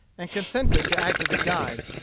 and consented to act as a guide.